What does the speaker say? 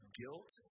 guilt